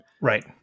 Right